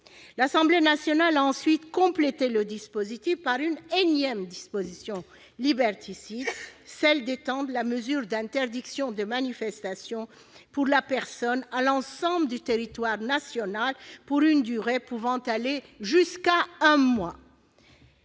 L'Assemblée nationale a ensuite complété le dispositif par une énième disposition liberticide : l'extension de la mesure d'interdiction de manifestation pour la personne à l'ensemble du territoire national, pour une durée pouvant aller jusqu'à un mois.